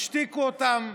השתיקו אותם,